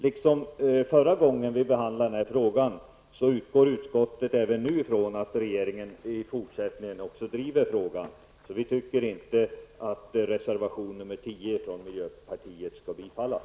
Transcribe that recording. Liksom förra gången som utskottet behandlade denna fråga utgår utskottet även nu från att regeringen i fortsättningen driver den. Vi anser därför inte att reservation 10 från miljöpartiet skall bifallas.